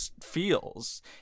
feels